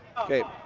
okay,